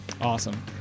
Awesome